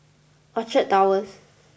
Orchard Towers